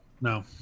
no